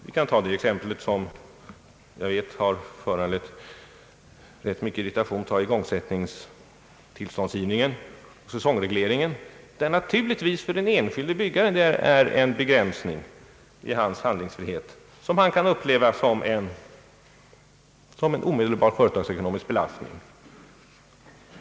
Vi kan ta det exempel som jag vet har föranlett rätt mycken irritation, nämligen igångsättningstillståndsgivningen och säsongregleringen, som för den enskilde byggaren naturligtvis är en begränsning i hans handlingsfrihet och som han kan uppleva såsom en omedelbar företagsekonomisk = belastning.